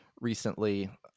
recently